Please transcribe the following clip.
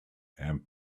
and